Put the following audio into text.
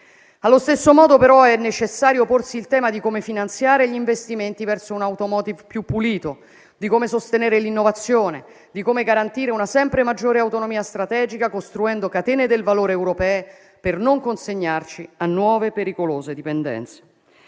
Allo stesso modo, però, è necessario porsi il tema di come finanziare gli investimenti verso un *automotive* più pulito, di come sostenere l'innovazione e di come garantire una sempre maggiore autonomia strategica, costruendo catene del valore europee per non consegnarci a nuove, pericolose dipendenze.